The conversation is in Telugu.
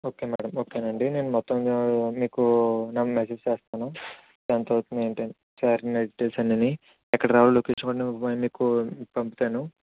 ఓకే మ్యాడం ఓకేనండి నేను మొత్తం మీకు మెసేజ్ చేస్తాను ఎంతవుతుంది ఏంటని ఎక్కడికి రావాలి లొకేషన్ మీకు పంపుతాను